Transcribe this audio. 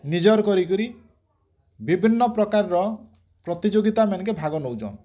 ନିଜର୍ କରି କରି ବିଭିନ୍ନ ପ୍ରକାର ର ପ୍ରତିଯୋଗିତା ମାନ୍ କେ ଭାଗ ନଉଛନ୍